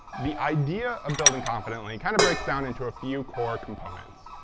the idea of building confidently kind of breaks down into a few core components.